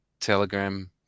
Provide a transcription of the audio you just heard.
telegram